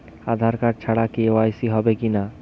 আধার card ছাড়া KYC হবে কিনা?